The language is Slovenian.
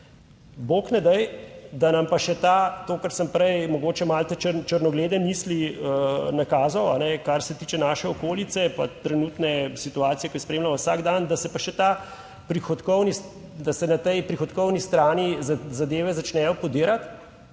Bog ne daj, da nam pa še to - kar sem prej mogoče malce črnoglede misli nakazal -, kar se tiče naše okolice pa trenutne situacije, ki jo spremljamo vsak dan, da se pa še na tej prihodkovni strani zadeve začnejo **32.